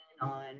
on